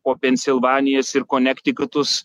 po pensilvanijas ir konektikutus